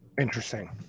Interesting